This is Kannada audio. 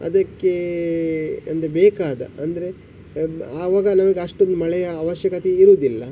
ಅದಕ್ಕೆ ಅಂದರೆ ಬೇಕಾದ ಅಂದರೆ ಆವಾಗ ನಮಗೆ ಅಷ್ಟೊಂದು ಮಳೆಯ ಅವಶ್ಯಕತೆ ಇರುವುದಿಲ್ಲ